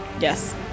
Yes